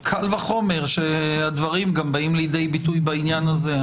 קל וחומר שהדברים גם באים לידי ביטוי בעניין הזה.